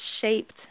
shaped